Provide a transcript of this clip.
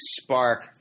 spark